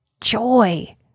joy